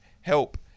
help